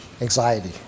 anxiety